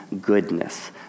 goodness